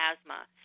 asthma